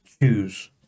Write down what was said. choose